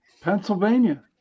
Pennsylvania